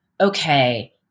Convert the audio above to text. okay